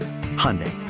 Hyundai